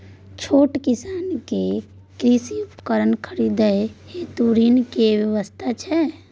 छोट किसान के कृषि उपकरण खरीदय हेतु ऋण के की व्यवस्था छै?